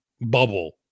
bubble